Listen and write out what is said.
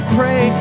pray